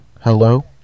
Hello